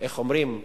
איך אומרים?